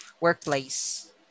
workplace